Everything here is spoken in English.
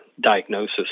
diagnosis